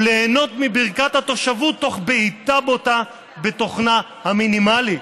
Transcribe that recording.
וליהנות מברכת התושבות תוך בעיטה בוטה בתוכנה המינימלי.